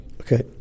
Okay